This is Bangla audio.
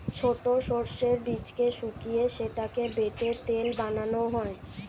ছোট সর্ষের বীজকে শুকিয়ে সেটাকে বেটে তেল বানানো হয়